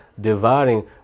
dividing